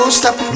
stop